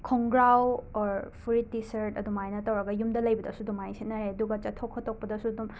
ꯈꯣꯡꯒ꯭ꯔꯥꯎ ꯑꯣꯔ ꯐꯨꯔꯤꯠ T-shirt ꯑꯗꯨꯃꯥꯏꯅ ꯇꯧꯔꯒ ꯌꯨꯝꯗ ꯂꯩꯕꯗꯁꯨ ꯑꯗꯨꯃꯥꯏꯅ ꯁꯦꯠꯅꯔꯦ ꯑꯗꯨꯒ ꯆꯠꯊꯣꯛ ꯈꯣꯠꯇꯣꯛꯄꯗꯁꯨ ꯑꯗꯨꯝ